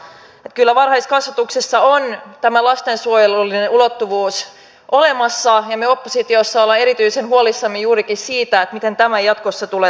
että kyllä varhaiskasvatuksessa on tämä lastensuojelullinen ulottuvuus olemassa ja me oppositiossa olemme erityisen huolissamme juurikin siitä miten tämä jatkossa tulee toteutumaan